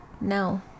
No